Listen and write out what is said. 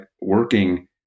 working